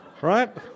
Right